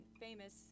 famous